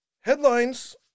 Headlines